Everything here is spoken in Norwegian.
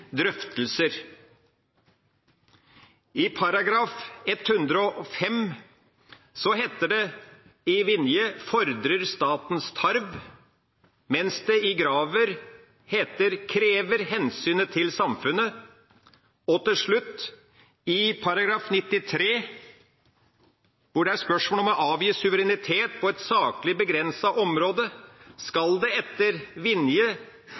I § 105 heter det i Vinjes versjon: «Fordrer statens tarv», mens det i Gravers heter: «Krever hensynet til samfunnet». Til slutt: I § 93, hvor det er spørsmål om å avgi suverenitet på et saklig begrenset område,